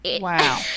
wow